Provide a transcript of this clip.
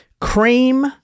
Cream